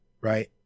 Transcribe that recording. Right